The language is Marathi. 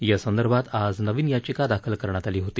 यासंदर्भात आज नवीन याचिका दाखल करण्यात आली होती